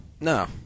No